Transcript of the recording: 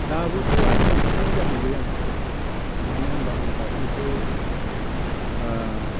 दाबोथ' आरो मोनफिननाय जाहैबाय आङो मानो होमब्ला नै दाख्लैसो